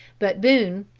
but boone,